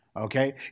Okay